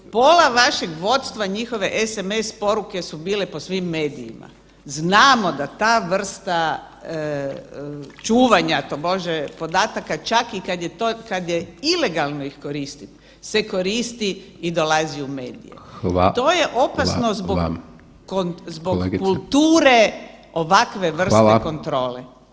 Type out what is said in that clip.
Pola vašeg vodstva, njihove SMS poruke su bile po svim medijima, znamo da ta vrsta čuvanja tobože podataka čak i kad je to, kad je ilegalno ih koristi se koristi i dolazi u medije [[Upadica: Hvala vam]] To je opasno zbog kulture ovakve vrste [[Upadica: Hvala]] kontrole.